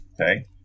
Okay